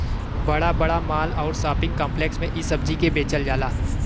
बड़ा बड़ा माल आउर शोपिंग काम्प्लेक्स में इ सब्जी के बेचल जाला